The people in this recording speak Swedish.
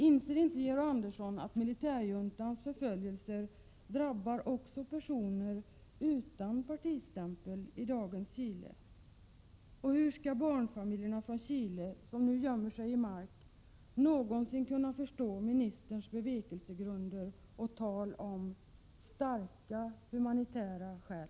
Inser inte Georg Andersson att militärjuntans förföljelser drabbar också personer utan partistämpel i dagens Chile? Och hur skall barnfamiljerna från Chile som nu gömmer sig i Mark någonsin kunna förstå ministerns bevekelsegrunder och tal om starka humanitära skäl?